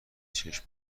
چشم